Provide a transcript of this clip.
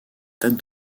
date